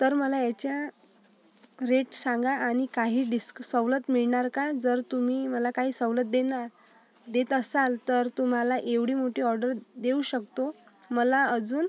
तर मला ह्याचा रेट सांगा आणि काही डिस्क सवलत मिळणार का जर तुम्ही मला काही सवलत देणार देत असाल तर तुम्हाला एवढी मोठी ऑर्डर देऊ शकतो मला अजून